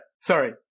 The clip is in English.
Sorry